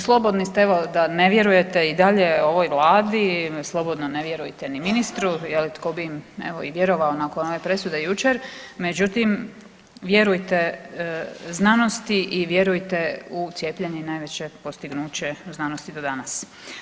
Slobodni ste evo da ne vjerujete i dalje ovoj Vladi, slobodno ne vjerujete ni ministru, je li tko bi im evo i vjerovao nakon one presude jučer, međutim vjerujte znanosti i vjerujte u cijepljenje je najveće postignuće znanosti do danas.